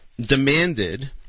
demanded